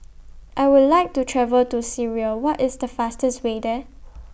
I Would like to travel to Syria What IS The fastest Way There